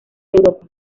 europa